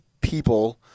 people